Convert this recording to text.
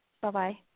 Bye-bye